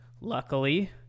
luckily